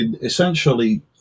Essentially